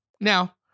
Now